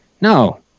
No